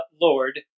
Lord